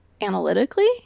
analytically